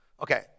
Okay